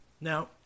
Now